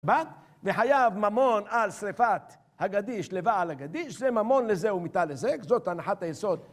בא וחייב ממון על שריפת הגדיש, לבעל הגדיש, זה ממון לזה ומיתה לזה, זאת הנחת היסוד.